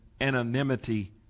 anonymity